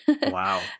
wow